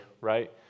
right